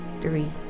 three